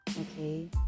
okay